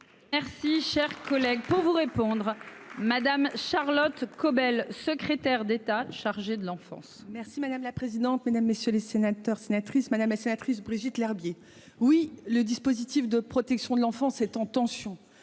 Merci cher collègue. Pour vous répondre madame Charlotte Caubel Secrétaire d'État chargée de l'an. Merci madame la présidente, mesdames, messieurs les sénateurs, sénatrice, madame la sénatrice Brigitte Lherbier. Oui, le dispositif de protection de l'enfance étant tension.